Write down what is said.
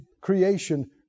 creation